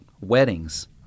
weddings